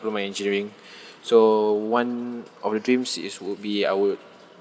engineering so one of the dreams is would be I would